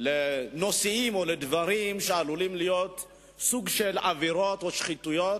בנושאים או בדברים שעלולים להיות סוג של עבירות או שחיתויות,